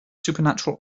supernatural